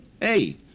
hey